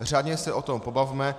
Řádně se o tom pobavme.